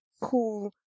cool